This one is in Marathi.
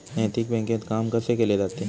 नैतिक बँकेत काम कसे केले जाते?